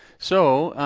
so.